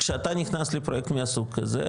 כשאתה נכנס לפרויקט מהסוג הזה,